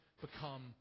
become